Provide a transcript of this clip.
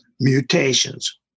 mutations